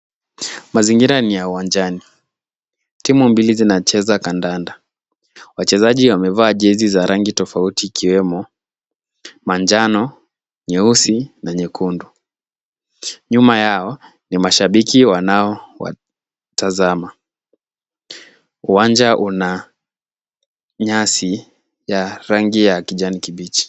Mazingira ni ya uwanjani. Timu mbili zinacheza kandanda. Wachezaji wamevaa jezi za rangi tofauti kioemo, manjano, nyeusi na nyekundu. Nyuma yao ni mashabiki wanao watazama. Uwanja una nyasi ya rangi ya kijani kibichi.